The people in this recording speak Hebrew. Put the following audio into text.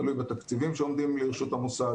תלוי בתקציבים שעומדים לרשות המוסד,